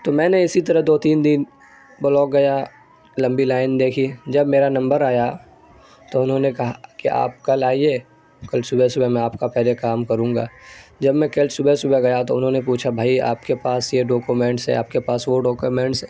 تو میں نے اسی طرح دو تین دن بلاک گیا لمبی لائن دیکھی جب میرا نمبر آیا تو انہوں نے کہا کہ آپ کل آئیے کل صبح صبح میں آپ کا پہلے کام کروں گا جب میں کل صبح صبح گیا تو انہوں نے پوچھا بھائی آپ کے پاس یہ ڈاکومنٹس ہیں آپ کے پاس وہ ڈاکومنٹس